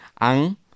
ang